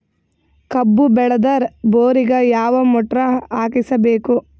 ಕಬ್ಬು ಬೇಳದರ್ ಬೋರಿಗ ಯಾವ ಮೋಟ್ರ ಹಾಕಿಸಬೇಕು?